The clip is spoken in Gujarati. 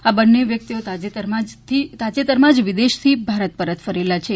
આ બંન્ને વ્યકિતઓ તાજેતરમાં જ વિદેશથી ભારત પરત ફરેલ છે